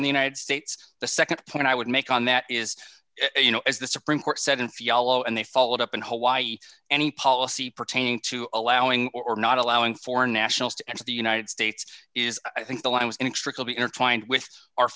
in the united states the nd point i would make on that is you know as the supreme court said if yellow and they followed up in hawaii any policy pertaining to allowing or not allowing foreign nationals to enter the united states is i think the law was an extra will be intertwined with our